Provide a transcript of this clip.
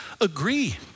agree